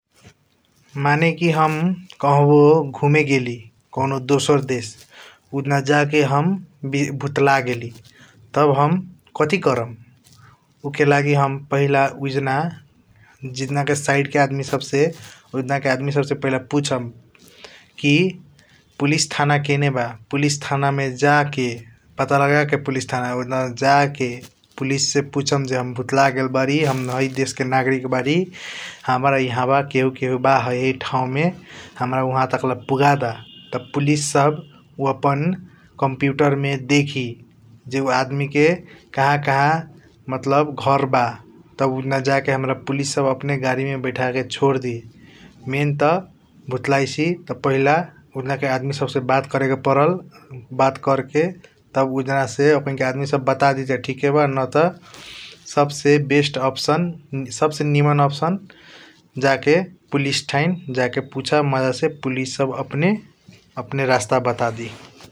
मनेके हम कहबों घूमे गेली कॉनो दोसर देश उजना जाके हम भूतलगेली तब हम कथी करम उकेलागि हम पहिला उजनके साइड के आदमी सब से । उजान के आदमी सब से पहिला पुसम की पुलिस थाना केने बा पुलिस थाना मे जाके पता लगाके पुलिस थाना उजान जाके पुलिस से पुसम ज हम भूतगेल बारी । हाम है देश क नागरिक बारी हाम्रा हबा केहु केहु बा है है ठाऊ मे हाम्रा उह टाकला पूगदा त पुलिस सब उआपन कंप्युटर मे देखि ज आदमी के कहा कहा मतलब घर बा । तब उजान जाके हाम्रा पुलिस अपने गाड़ी मे बैठ के सोरदी मैन त पहिला भूतलाईसी त पहिला उआजन के आदमी सब से बात करएके पर्ल बात कर के तब उजान से आदमी सब बात दी । त ठीक ब नत सब से बेस्ट ऑप्शन सब से निमन ऑप्शन जाके पुलिस थाई जाके पुसस मज़ा से पुलिस सब अपने रास्ता बता दी ।